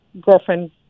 girlfriend